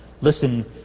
Listen